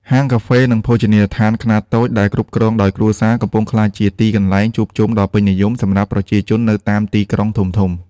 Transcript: ហាងកាហ្វេ និងភោជនីយដ្ឋានខ្នាតតូចដែលគ្រប់គ្រងដោយគ្រួសារ កំពុងក្លាយជាទីកន្លែងជួបជុំដ៏ពេញនិយមសម្រាប់ប្រជាជននៅតាមទីក្រុងធំៗ។